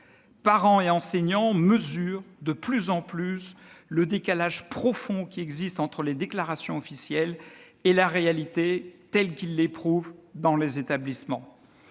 Parents et enseignants mesurent, de plus en plus, le décalage profond qui existe entre les déclarations officielles et la réalité telle qu'ils l'éprouvent dans les établissements.